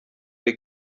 ari